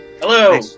Hello